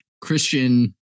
Christian